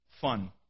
fun